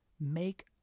make